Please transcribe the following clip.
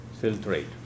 filtrate